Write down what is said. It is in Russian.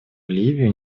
ливию